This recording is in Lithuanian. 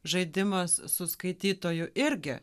žaidimas su skaitytoju irgi